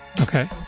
okay